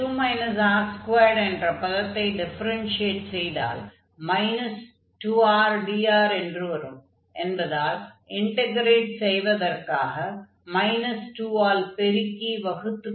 2 r2 என்ற பதத்தை differentiate செய்தால் மைனஸ் 2rdr என்று வரும் என்பதால் இன்டக்ரேட் செய்வதற்காக மைனஸ் 2 ஆல் பெருக்கி வகுத்துக் கொள்ளலாம்